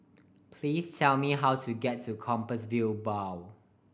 please tell me how to get to Compassvale Bow